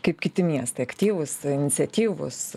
kaip kiti miestai aktyvūs iniciatyvūs